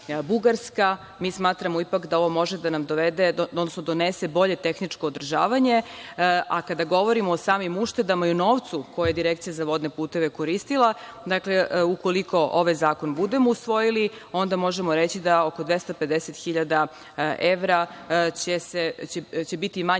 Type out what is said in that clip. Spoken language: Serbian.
Mi smatramo da ovo ipak može da nam donese bolje tehničko održavanje, a kada govorimo o samim uštedama i o novcu koji Direkcija za vodne puteve je koristila, dakle, ukoliko ovaj zakon budemo usvojili onda možemo reći da oko 250 hiljada evra, da će biti manje potrošeno